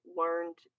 learned